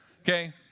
Okay